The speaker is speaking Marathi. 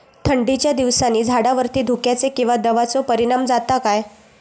थंडीच्या दिवसानी झाडावरती धुक्याचे किंवा दवाचो परिणाम जाता काय?